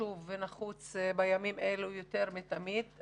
חשוב ונחוץ בימים אלו יותר מתמיד.